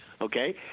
okay